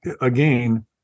again